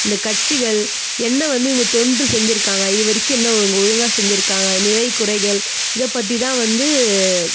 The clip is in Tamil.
இந்த கட்சிகள் என்ன வந்து இவங்க தொன்று செஞ்சுருக்காங்க இதுவரைக்கும் என்ன ஒழுங்கு ஒழுங்காக செஞ்சுருக்காங்க என்ன நிறை குறைகள் இதை பற்றி தான் வந்து